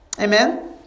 Amen